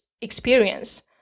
experience